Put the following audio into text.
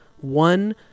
One